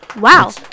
Wow